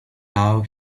now